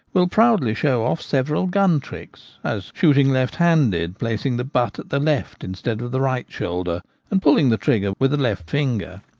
will proudly show off several gun tricks, as shoot ing lefthanded, placing the butt at the left instead of the right shoulder and pulling the trigger with the left finger.